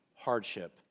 hardship